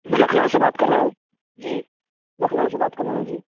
میں لکھنؤ سے بات کر رہا ہوں جی لکھنؤ سے بات کر رہا ہوں جی